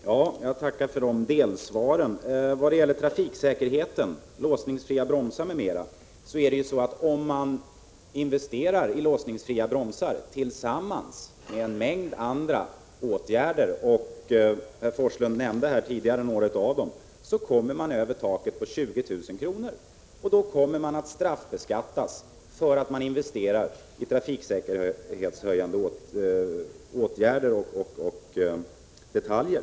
Herr talman! Jag tackar för de delsvaren. Såvitt angår trafiksäkerheten, låsningsfria bromsar m.m., gäller följande. Om man investerar i låsningsfria bromsar tillsammans med en mängd andra åtgärder — herr Forslund nämnde tidigare några av dem —- kommer kostnaden att bli mer är 20 000 kr., och då kommer man att straffbeskattas för att man investerar i trafiksäkerhetshöjande åtgärder och detaljer.